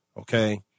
okay